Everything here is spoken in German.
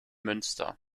münster